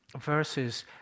verses